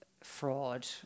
fraud